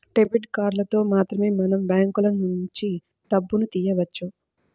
debit కార్డులతో మాత్రమే మనం బ్యాంకులనుంచి డబ్బును తియ్యవచ్చు